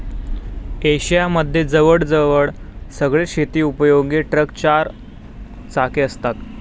Asia मध्ये जवळ जवळ सगळेच शेती उपयोगी ट्रक चार चाकी असतात